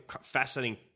fascinating